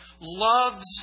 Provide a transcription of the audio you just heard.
loves